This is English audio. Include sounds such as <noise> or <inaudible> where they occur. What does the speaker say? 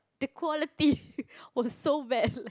the quality <laughs> was so bad